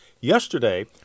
Yesterday